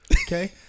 Okay